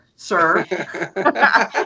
sir